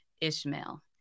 Ishmael